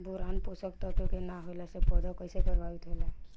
Boron पोषक तत्व के न होला से पौधा कईसे प्रभावित होला?